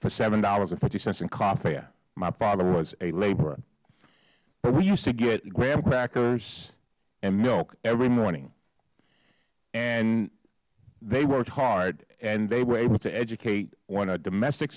for seven dollars fifty cents and car fare my father was a laborer we used to get graham crackers and milk every morning they worked hard and they were able to educate on a domestic